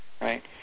right